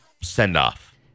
send-off